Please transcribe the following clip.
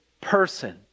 person